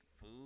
food